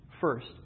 First